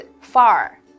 far